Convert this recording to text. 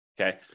Okay